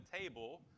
table